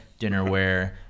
dinnerware